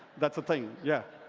that's a thing. yeah.